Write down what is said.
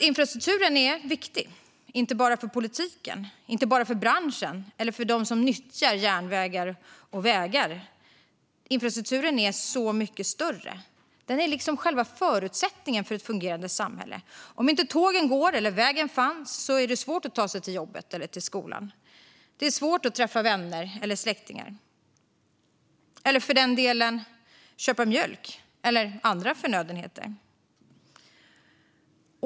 Infrastrukturen är viktig, men inte bara för politiken, branschen och dem som nyttjar järnvägar och vägar. Infrastrukturen är så mycket större. Den är själva förutsättningen för ett fungerande samhälle. Om tågen inte går och vägen inte finns är det svårt att ta sig till jobbet eller skolan, träffa vänner och släktingar eller för den delen köpa mjölk och andra förnödenheter.